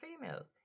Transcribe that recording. females